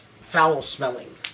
foul-smelling